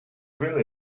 really